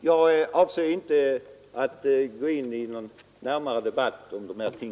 Jag avser inte att gå in i någon närmare debatt om dessa ting.